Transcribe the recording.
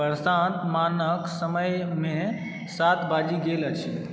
प्रशांत मानक समयमे सात बाजि गेल अछि